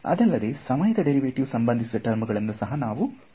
ಅದಲ್ಲದೆ ಸಮಯದ ಡೇರಿವೆಟಿವ್ ಸಂಬಂಧಿಸಿದ ಟರ್ಮ್ ಗಳನ್ನು ಸಹ ನಾವು ಕಾಣ ಬಹುದು